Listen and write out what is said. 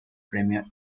premio